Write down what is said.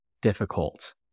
difficult